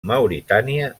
mauritània